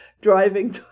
driving